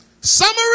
Summary